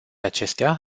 acestea